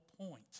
point